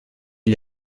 gli